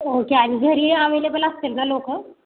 okay आणि घरी available असतील ना लोकं